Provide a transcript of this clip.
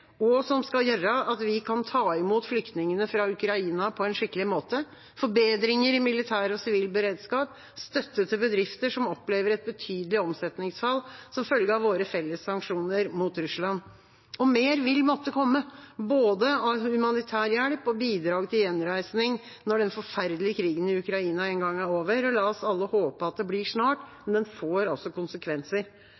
og som skal gjøre at vi kan ta imot flyktningene fra Ukraina på en skikkelig måte, forbedringer i militær og sivil beredskap, og støtte til bedrifter som opplever et betydelig omsetningsfall som følge av våre felles sanksjoner mot Russland. Mer vil måtte komme, både av humanitær hjelp og bidrag til gjenreisning når den forferdelige krigen i Ukraina en gang er over. La oss alle håpe det blir snart,